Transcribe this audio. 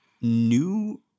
new